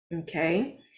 Okay